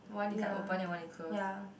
ya ya